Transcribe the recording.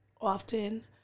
often